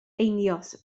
einioes